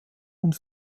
und